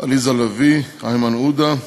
עליזה לביא, איימן עודה,